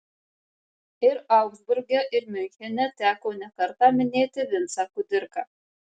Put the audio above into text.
ir augsburge ir miunchene teko nekartą minėti vincą kudirką